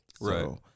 Right